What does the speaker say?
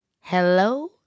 Hello